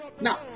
Now